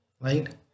right